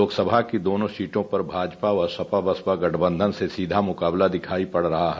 लोकसभा की दोनों सीटों पर भाजपा व सपा बसपा गठबंधन से सीधा मुकाबला दिखाई दे रहा है